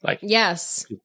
yes